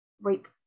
rape